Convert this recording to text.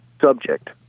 subject